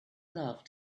love